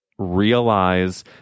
realize